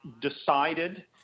decided